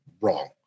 wrong